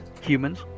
humans